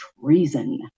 treason